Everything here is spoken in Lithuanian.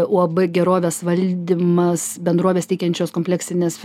uab gerovės valdymas bendrovės teikiančios kompleksines